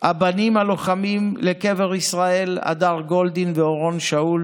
הבנים הלוחמים הדר גולדין ואורון שאול